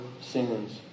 sins